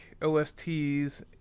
OSTs